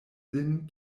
lin